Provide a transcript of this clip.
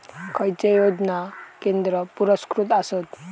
खैचे योजना केंद्र पुरस्कृत आसत?